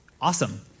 Awesome